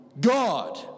God